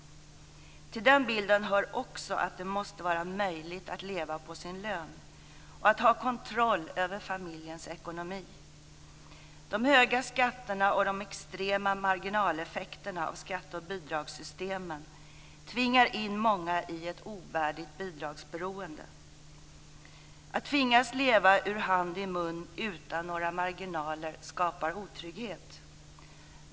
Till den bilden hör också att det måste vara möjligt att leva på sin lön och att ha kontroll över familjens ekonomi. De höga skatterna och de extrema marginaleffekterna av skatte och bidragssystemen tvingar in många i ett ovärdigt bidragsberoende. Att tvingas leva ur hand i mun utan några marginaler skapar otrygghet.